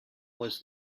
was